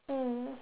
mm